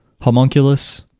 homunculus